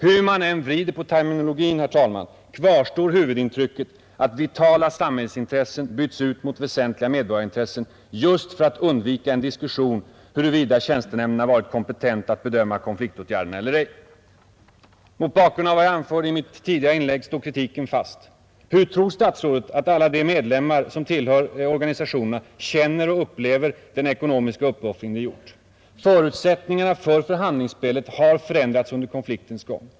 Hur man än vrider på terminologin, herr talman, kvarstår ju huvudintrycket att ”vitala samhällsintressen” bytts ut mot ”väsentliga medborgarintressen” just för att undvika en diskussion i frågan huruvida tjänstenämnderna har varit kompetenta att bedöma konfliktåtgärderna eller ej. Mot bakgrund av vad jag anfört i mitt tidigare inlägg står kritiken fast. Hur tror statsrådet att alla de medlemmar som tillhör organisationerna känner och upplever den ekonomiska uppoffring de gjort? Förutsättningarna för förhandlingsspelet har förändrats under konfliktens gång.